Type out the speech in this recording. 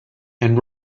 and